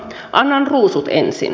annan ruusut ensin